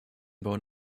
bauen